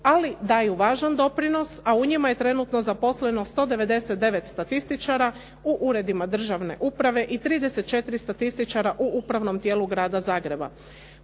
ali daju važan doprinos, a u njima je trenutno zaposleno 199 statističara u uredima državne uprave i 34 statističara u upravnom tijelu Grada Zagreba.